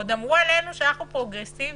עוד אמרו עלינו שאנחנו פרוגרסיביים.